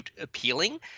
appealing